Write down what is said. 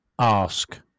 ask